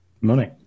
money